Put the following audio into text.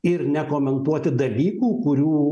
ir nekomentuoti dalykų kurių